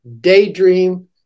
daydream